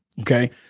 Okay